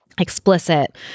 explicit